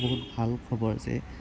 বহুত ভাল খবৰ যে